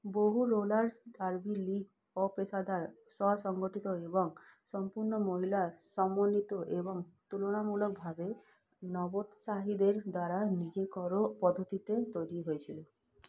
বহু roller derby league অপেশাদার স্ব সংগঠিত এবং সম্পূর্ণ মহিলা সমন্বিত এবং তুলনামূলকভাবে নবোৎসাহীদের দ্বারা নিজে করো পদ্ধতিতে তৈরি হয়েছিল